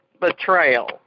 Betrayal